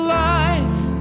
life